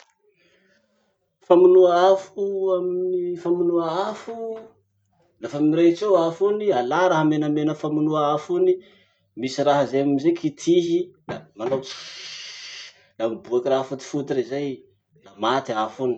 Famonoa afo amin'ny famonoa afo, lafa mirehitsy eo afo iny, alà raha menamena famonoa afo iny, misy raha zay amizay kitihy da manao tschhhhhhhhh, la miboaky raha fotifoty rey zay i, la maty afo iny.